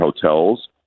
hotels